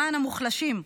למען המוחלשים,